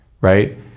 Right